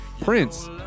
Prince